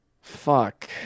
Fuck